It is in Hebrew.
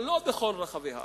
אבל לא בכל רחבי הארץ,